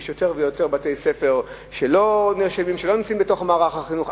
יש יותר ויותר בתי-ספר שלא נמצאים בתוך מערך החינוך,